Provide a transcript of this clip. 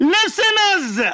Listeners